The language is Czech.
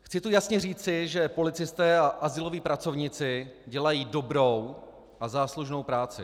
Chci tu jasně říci, že policisté a azyloví pracovníci dělají dobrou a záslužnou práci.